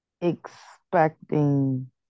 expecting